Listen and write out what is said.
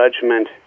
judgment